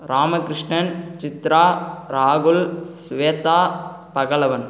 ராமகிருஷ்ணன் சித்ரா ராகுல் சுவேத்தா பகலவன்